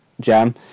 jam